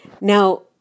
Now